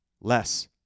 less